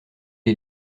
est